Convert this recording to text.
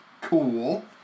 Cool